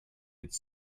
its